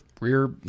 rear